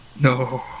No